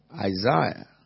Isaiah